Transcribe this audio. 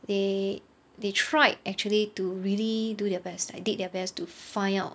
they they tried actually to really do their best like did their best to find out